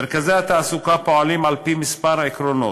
מרכזי התעסוקה פועלים על-פי כמה עקרונות: